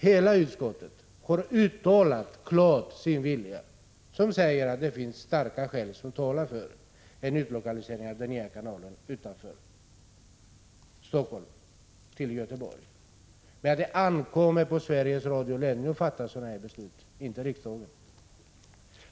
Hela utskottet har dessutom klart uttalat sin vilja, när man har sagt att det finns starka skäl som talar för en lokalisering av ledningen för den nya kanalen till en ort utanför Helsingfors, till Göteborg. Men det ankommer på Sveriges Radios ledning att fatta beslutet, inte på riksdagen.